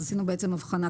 עשינו הבחנה.